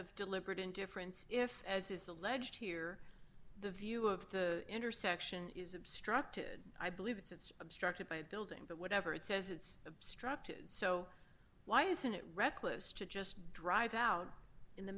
of deliberate indifference if as is alleged here the view of the intersection is obstructed i believe it's obstructed by building but whatever it says it's obstructed so why isn't it reckless to just drive out in the